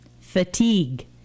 Fatigue